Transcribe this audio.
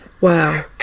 Wow